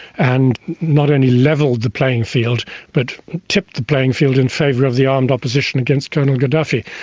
and not only levelled the playing field but tipped the playing field in favour of the armed opposition against colonel gaddafi.